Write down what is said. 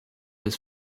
was